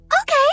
Okay